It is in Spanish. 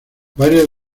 varios